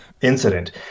incident